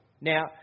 Now